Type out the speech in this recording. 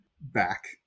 back